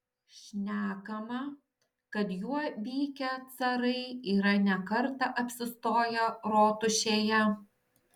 šnekama kad juo vykę carai yra ne kartą apsistoję rotušėje